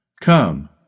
Come